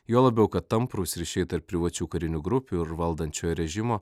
juo labiau kad tamprūs ryšiai tarp privačių karinių grupių ir valdančio režimo